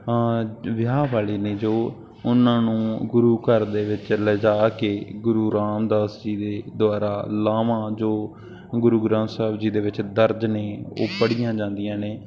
ਵਿਆਹ ਵਾਲੇ ਨੇ ਜੋ ਉਹਨਾਂ ਨੂੰ ਗੁਰੂ ਘਰ ਦੇ ਵਿੱਚ ਲਿਜਾ ਕੇ ਗੁਰੂ ਰਾਮਦਾਸ ਜੀ ਦੇ ਦੁਆਰਾ ਲਾਵਾਂ ਜੋ ਗੁਰੂ ਗ੍ਰੰਥ ਸਾਹਿਬ ਜੀ ਦੇ ਵਿੱਚ ਦਰਜ ਨੇ ਉਹ ਪੜ੍ਹੀਆਂ ਜਾਂਦੀਆਂ ਨੇ